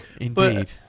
Indeed